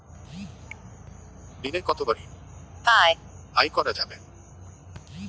দিনে কতবার ইউ.পি.আই করা যাবে?